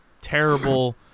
terrible